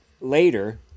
later